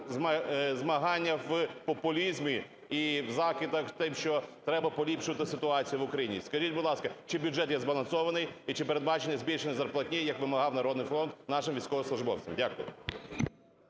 змагання в популізмі і в закидах з тим, що треба поліпшувати ситуацію в Україні. Скажіть, будь ласка, чи бюджет є збалансований і чи передбачене збільшення зарплатні, як вимагав "Народний фронт", нашим військовослужбовцям. Дякую.